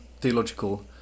theological